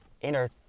inner